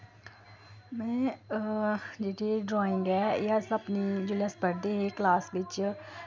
में जेह्ड़ी ड्राईंग ऐ एह् अस अपनी जेल्लै अस पढ़दे हे क्लास बिच्च